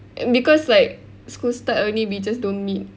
um because like school start only we just don't meet